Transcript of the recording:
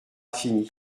fini